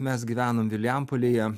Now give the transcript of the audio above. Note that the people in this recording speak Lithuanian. mes gyvenom vilijampolėje